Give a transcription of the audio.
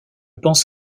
pense